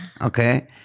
Okay